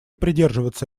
придерживаться